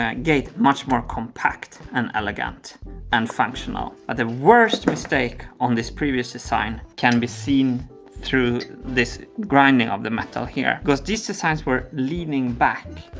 gate much more compact and elegant and functional. and the worst mistake on this previous design can be seen through this grinding of the metal here because these designs were leaning back.